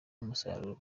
n’umusaruro